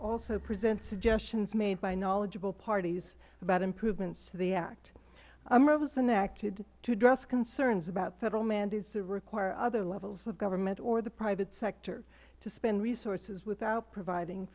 also present suggestions made by knowledgeable parties about improvements to the act umra was enacted to address concerns about federal mandates that require other levels of government or the private sector to spend resources without providing